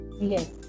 Yes